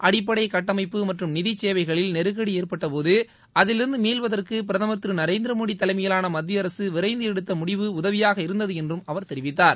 அடிப்படை கட்டமைப்பு மற்றும் நிதிச் சேவைகளில் நெருக்கடி ஏற்பட்ட போது அதிலிருந்து மீள்வதறகு பிரதமர் திரு நரேந்திர மோடி தலைமையிலான மத்திய அரசு விளரந்து எடுத்த முடிவு உதவியாக இருந்தது என்றும் அவர் தெரிவித்தார்